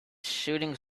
shooting